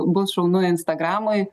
bus šaunu instagramui